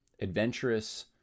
adventurous